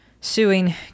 suing